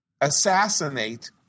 assassinate